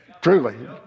truly